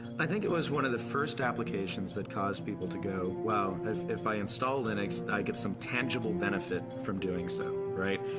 i think it was one of the first applications that caused people to go well, if if i install linux. i get some tangible benefit from doing so, right?